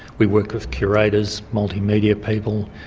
we work with curators, multimedia people,